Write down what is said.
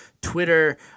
Twitter